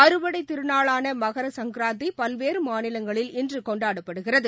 அறுவடைதிருநாளானமகர சங்கராந்திபல்வேறுமாநிலங்களில் இன்றுகொண்டாடப்படுகிறது